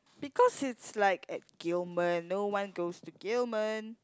because it's like at Gillman no one goes to Gillman